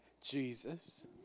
Jesus